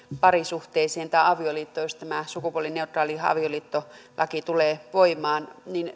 parisuhteisiin tai avioliittoon jos tämä sukupuolineutraali avioliittolaki tulee voimaan niin